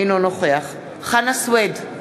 אינו נוכח חנא סוייד,